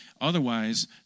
Otherwise